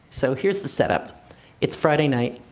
so, here's the set up it's friday night,